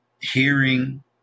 hearing